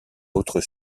autre